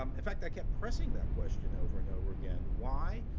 um in fact, i kept pressing that question over and over again. why?